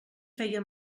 feia